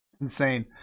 Insane